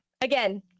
again